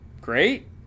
great